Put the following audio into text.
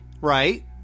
right